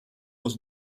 dans